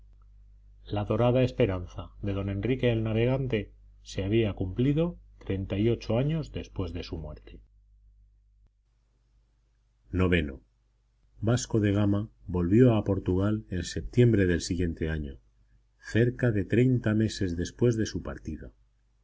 la dorada esperanza de don enrique el navegante se había cumplido treinta y ocho años después de su muerte ix vasco de gama volvió a portugal en septiembre del siguiente año cerca de treinta meses después de su partida